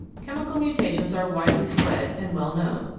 chemical mutations are widely spread and well known.